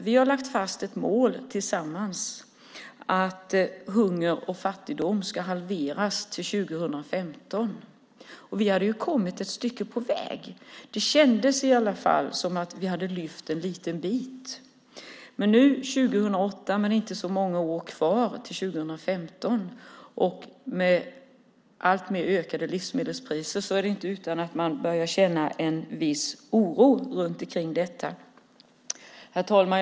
Vi har lagt fast ett mål tillsammans att hunger och fattigdom ska halveras till 2015, och vi hade ju kommit ett stycke på väg. Det kändes i alla fall som om vi hade lyft en liten bit. Men nu, 2008, med ganska få år kvar till 2015 och med ökande livsmedelspriser, är det inte utan att man börjar känna en viss oro för detta. Herr talman!